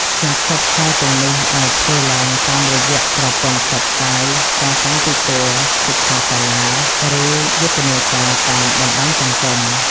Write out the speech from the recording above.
ការផ្សព្វផ្សាយទាំងនេះអាចធ្វើឡើងតាមរយៈប្រព័ន្ធផ្សព្វផ្សាយ ការតាំងពិព័រណ៍ សិក្ខាសាលា ឬយុទ្ធនាការតាមបណ្ដាញសង្គម។